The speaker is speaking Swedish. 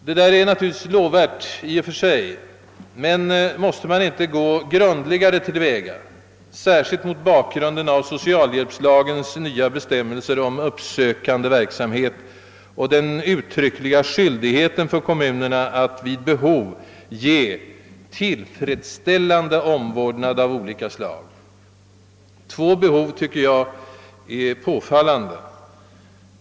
Allt detta är naturligtvis i och för sig lovvärt, men måste man inte gå grundligare till väga, särskilt mot bakgrunden av socialvårdslagens nya bestämmelser om uppsökande verksamhet och den uttryckliga skyldigheten för kommunerna att vid behov ge tillfredsställande omvårdnad av olika slag. Jag tycker att två behov är påfallande.